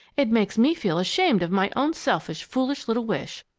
it makes me feel ashamed of my own selfish, foolish little wish.